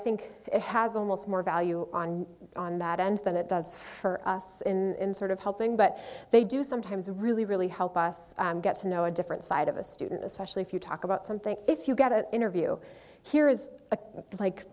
think it has almost more value on on that end than it does for us in sort of helping but they do sometimes really really help us get to know a different side of a student especially if you talk about something if you get an interview here i